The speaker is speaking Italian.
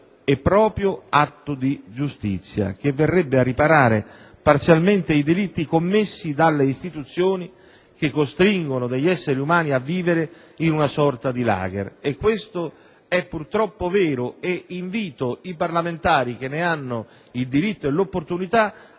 e proprio atto di giustizia, che verrebbe a riparare parzialmente i delitti commessi dalle istituzioni che costringono degli esseri umani a vivere in una sorta di *lager*. Questo è purtroppo vero e dunque invito i parlamentari che ne hanno il diritto e l'opportunità a visitare